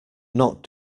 not